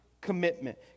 commitment